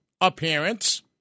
appearance